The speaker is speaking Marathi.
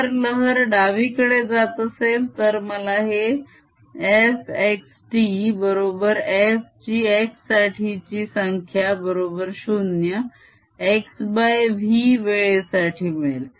जर लहर डावीकडे जात असेल तर मला हे f x t बरोबर f ची x साठीची संख्या बरोबर 0 xv वेळेसाठी मिळेल